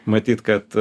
matyt kad